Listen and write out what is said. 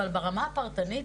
אבל ברמה הפרטנית,